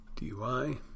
DUI